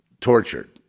tortured